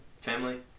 family